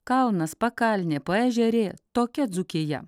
kalnas pakalnė paežerė tokia dzūkija